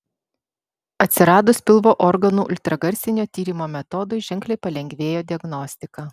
atsiradus pilvo organų ultragarsinio tyrimo metodui ženkliai palengvėjo diagnostika